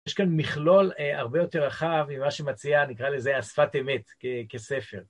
יש כאן מכלול הרבה יותר רחב ממה שמציע, נקרא לזה, השפת אמת כספר.